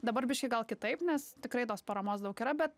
dabar biškį gal kitaip nes tikrai tos paramos daug yra bet